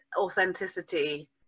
authenticity